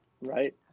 right